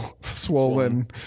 swollen